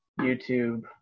YouTube